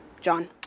john